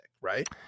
right